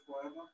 forever